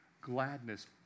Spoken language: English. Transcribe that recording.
gladness